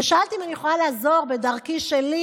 ושאלתי אם אני יכולה לעזור בדרכי שלי,